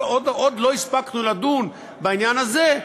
עוד לא הספקנו לדון בעניין הזה,